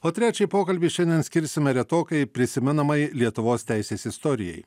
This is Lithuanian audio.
o trečiąjį pokalbį šiandien skirsime retokai prisimenamai lietuvos teisės istorijai